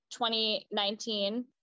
2019